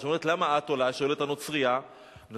אז היא שואלת את הנוצרייה: למה את עולה?